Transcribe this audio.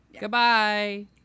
Goodbye